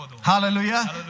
Hallelujah